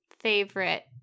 favorite